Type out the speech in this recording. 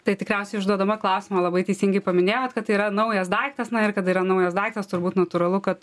tai tikriausiai užduodama klausimą labai teisingai paminėjot kad tai yra naujas daiktas na ir kada yra naujas daiktas turbūt natūralu kad